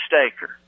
staker